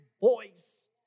voice